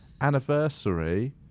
anniversary